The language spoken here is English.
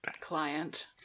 client